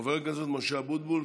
חבר הכנסת משה אבוטבול.